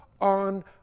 on